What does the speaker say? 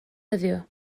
heddiw